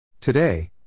Today